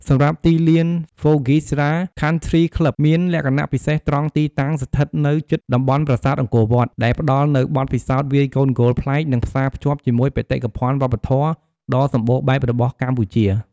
សម្រាប់ទីលាន Phokeethra Country Club មានលក្ខណៈពិសេសត្រង់ទីតាំងស្ថិតនៅជិតតំបន់ប្រាសាទអង្គរវត្ត ដែលផ្ដល់នូវបទពិសោធន៍វាយកូនហ្គោលប្លែក និងផ្សារភ្ជាប់ជាមួយបេតិកភណ្ឌវប្បធម៌ដ៏សម្បូរបែបរបស់កម្ពុជា។